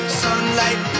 sunlight